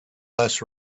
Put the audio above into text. less